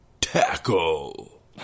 Tackle